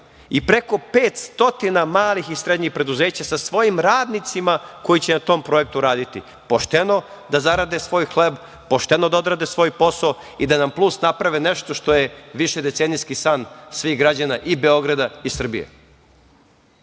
i preko 500 malih i srednjih preduzeća sa svojim radnicima koji će na tom projektu raditi, pošteno da zarade svoj hleb, pošteno da odrade svoj posao i da nam plus naprave nešto što je višedecenijski san svih građana i Beograda i Srbije. Dakle,